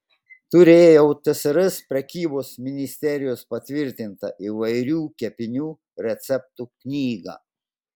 turėjau tsrs prekybos ministerijos patvirtintą įvairių kepinių receptų knygą